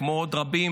כמו עוד רבים,